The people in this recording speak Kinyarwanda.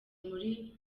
muri